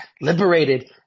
liberated